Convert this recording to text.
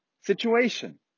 situation